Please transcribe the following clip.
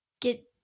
get